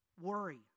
worry